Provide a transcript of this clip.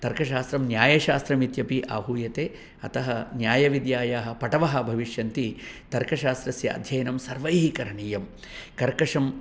तर्कशास्त्रं न्यायशास्त्रमित्यपि आहूयते अतः न्यायविद्यायाः पटवः भविष्यन्ति तर्कशास्त्रस्य अध्ययनं सर्वैः करणीयं कर्कशं